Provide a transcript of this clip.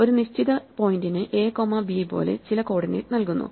ഒരു നിശ്ചിത പോയിന്റിന് എ കോമ ബി പോലെ ചില കോർഡിനേറ്റ് നൽകുന്നു